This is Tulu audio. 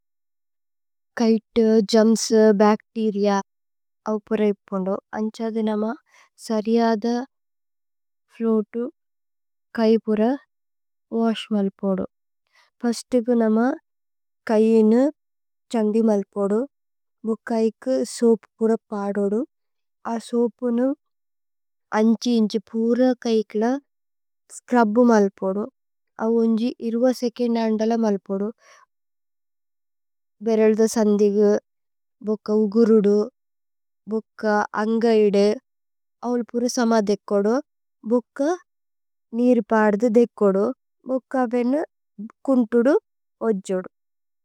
കൈതു ജമ്സു ബച്തേരിഅ അവപുര ഇപ്പുന്ദു। അന്ഛാദു നമ സരിയദ ഫ്ലോഅതു കൈ। പുര വശ് മലുപോദു ഫിര്സ്തുഗു നമ കൈഉനു। ഛന്ദി മലുപോദു മുക്കൈകു സൂപ് പുര। പദോദു അ സൂപുനു അന്ഛി ഇന്ഛി പുര। കൈകുല സ്ച്രുബ് മലുപോദു അവുന്ജി സേചോന്ദ। അന്ദല മലുപോദു ബേരല്ദ സന്ദിഗു ബുക്ക। ഉഗുരുദു ബുക്ക അന്ഗൈദു അവല്പുരു। സമ ദേകോദു ബുക്ക നീരു പദു। ദേകോദു ബുക്ക വേനു കുന്തുദു ഓജോദു।